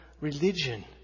religion